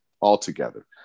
altogether